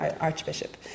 Archbishop